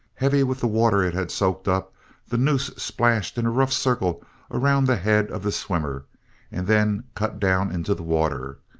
heavy with the water it had soaked up the noose splashed in a rough circle around the head of the swimmer and then cut down into the water.